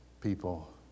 people